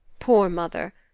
poor mother!